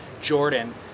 Jordan